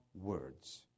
words